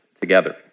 together